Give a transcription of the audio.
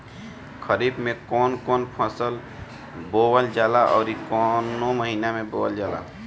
खरिफ में कौन कौं फसल बोवल जाला अउर काउने महीने में बोवेल जाला?